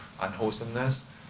unwholesomeness